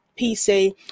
pc